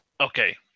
Okay